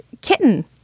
kitten